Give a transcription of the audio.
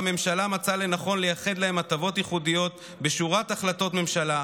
הממשלה אף מצאה לנכון לייחד להם הטבות ייחודיות בשורת החלטות ממשלה,